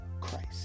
Christ